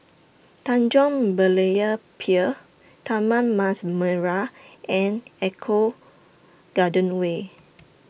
Tanjong Berlayer Pier Taman Mas Merah and Eco Garden Way